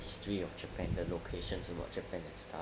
history of japan the locations about japan and stuff